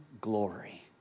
glory